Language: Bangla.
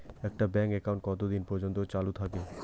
একটা ব্যাংক একাউন্ট কতদিন পর্যন্ত চালু থাকে?